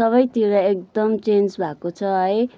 सबैतिर एकदम चेन्ज भएको छ है